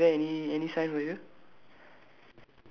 ya then below is there any any sign for you